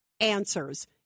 answers